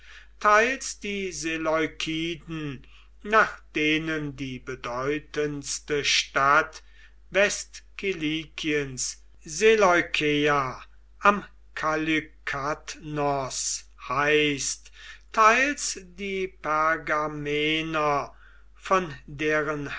teils die seleukiden nach denen die bedeutendste stadt westkilikiens seleukeia am kalykadnos heißt teils die pergamener von deren